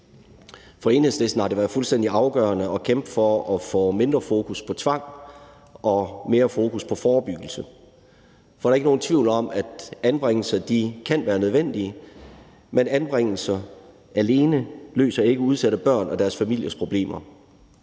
For Enhedslisten har det været fuldstændig afgørende at kæmpe for at få mindre fokus på tvang og mere fokus på forebyggelse. For der er ikke nogen tvivl om, at anbringelser kan være nødvendige, men anbringelser alene løser ikke udsatte børns og deres familiers problemer.